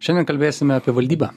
šiandien kalbėsime apie valdybą